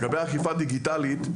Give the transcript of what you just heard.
לגבי אכיפה דיגיטלית,